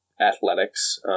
athletics